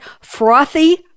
frothy